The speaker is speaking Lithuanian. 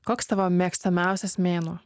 koks tavo mėgstamiausias mėnuo